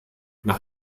nach